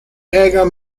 ärger